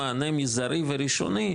מענה מזערי וראשוני,